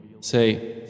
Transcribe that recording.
Say